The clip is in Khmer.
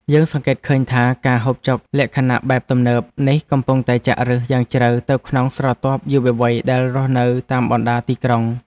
យើងសង្កេតឃើញថាការហូបចុកលក្ខណៈបែបទំនើបនេះកំពុងតែចាក់ឫសយ៉ាងជ្រៅទៅក្នុងស្រទាប់យុវវ័យដែលរស់នៅតាមបណ្តាទីក្រុង។